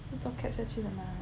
可以坐 cab 下去的嘛